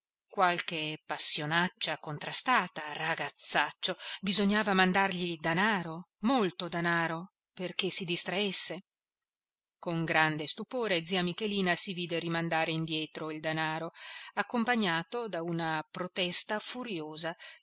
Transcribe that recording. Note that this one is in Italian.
intenderlo qualche passionaccia contrastata ragazzaccio bisognava mandargli danaro molto danaro perché si distraesse con grande stupore zia michelina si vide rimandare indietro il danaro accompagnato da una protesta furiosa